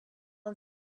and